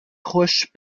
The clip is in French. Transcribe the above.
roche